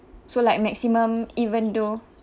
so like maximum even though